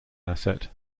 asset